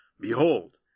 Behold